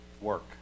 work